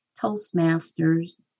Toastmasters